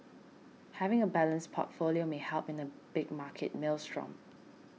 having a balanced portfolio may help in a big market maelstrom